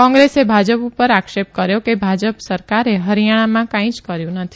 કોગ્રેસે ભાજપ ઉપર આક્ષેપ કર્યો કે ભાજપ સરકારે હરીયાણમાં કાંઇ જ કર્યુ નથી